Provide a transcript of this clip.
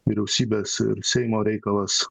vyriausybės seimo reikalas